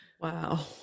Wow